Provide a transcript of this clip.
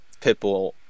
Pitbull